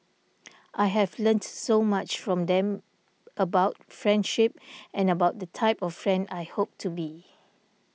I have learnt so much from them about friendship and about the type of friend I hope to be